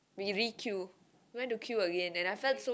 we re-queue went to queue again and I felt so